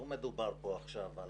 לא מדובר כאן עכשיו על